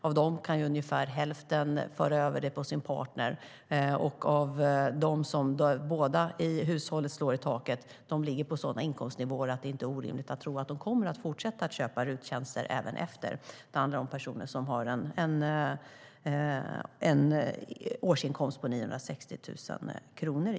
Av dem kan ungefär hälften föra över det på sin partner, och de hushåll där båda slår i taket ligger på sådana inkomstnivåer att det inte är orimligt att tro att de kommer att fortsätta köpa RUT-tjänster även efter förändringarna. Det handlar om personer som har en årsinkomst på i genomsnitt 960 000 kronor.